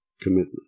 commitment